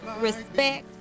respect